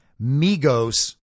Migos